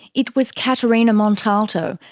it was caterina montalto,